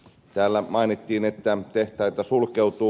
täällä mainittiin että tehtaita sulkeutuu